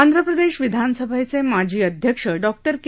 आंध्रप्रदेश विधानसभेचे माजी अध्यक्ष डॉ के